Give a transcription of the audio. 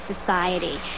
society